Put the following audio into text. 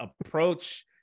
Approach